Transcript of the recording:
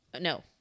No